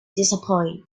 disappointed